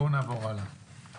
בואו נעבור הלאה.